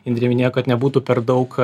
indrė minėjo kad nebūtų per daug